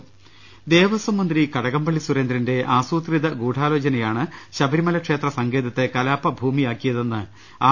രുട്ടിട്ട്ട്ട്ട്ട്ട്ട ദേവസ്വംമന്ത്രി കടകംപള്ളി സുരേന്ദ്രന്റെ ആസൂത്രിത ഗൂഢാലോചന യാണ് ശബരിമല ക്ഷേത്ര സങ്കേതത്തെ കലാപഭൂമിയാക്കിയതെന്ന് ആർ